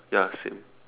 ya same